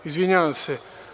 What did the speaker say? Izvinjavam se.